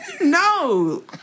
No